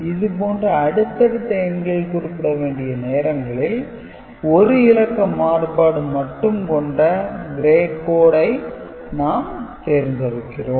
இது போன்ற அடுத்தடுத்த எண்கள் குறிப்பிட வேண்டிய நேரங்களில் 1 இலக்க மாறுபாடு மட்டும் கொண்ட "Gray code" ஐ நாம் தேர்ந்தெடுக்கிறோம்